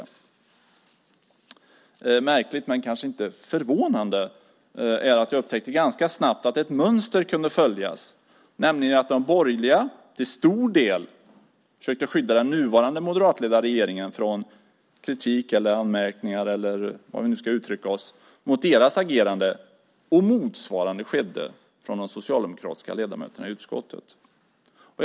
Det är märkligt men kanske inte förvånande att jag ganska snabbt upptäckte att ett mönster kunde skönjas. De borgerliga försökte till stor del skydda den nuvarande, moderatledda, regeringen från kritik mot, anmärkningar på - eller hur vi nu ska uttrycka oss - dess agerande. Motsvarande skedde från de socialdemokratiska ledamöterna i utskottet när det gäller den förra regeringen.